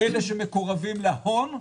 אלה שמקורבים להון,